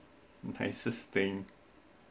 nicest thing